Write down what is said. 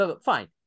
fine